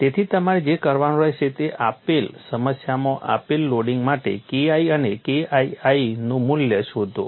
તેથી તમારે જે કરવાનું રહેશે તે આપેલ સમસ્યામાં આપેલ લોડિંગ માટે KI અને KII નું મૂલ્ય શોધો